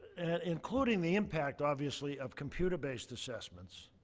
including the impact, obviously, of computer-based assessments,